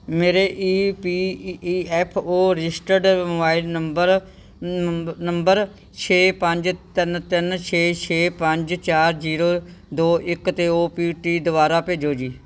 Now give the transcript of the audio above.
ਮੇਰੇ ਈ ਪੀ E F O registered mobile number ਨ number ਛੇ ਪੰਜ ਤਿੰਨ ਤਿੰਨ ਛੇ ਛੇ ਪੰਜ ਚਾਰ ਜ਼ੀਰੋ ਦੋ ਇੱਕ 'ਤੇ ਓ ਪੀ ਟੀ ਦੁਬਾਰਾ ਭੇਜੋ ਜੀ